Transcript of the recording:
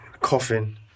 Coffin